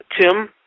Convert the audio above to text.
Tim